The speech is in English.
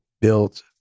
built